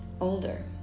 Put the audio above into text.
older